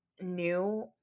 new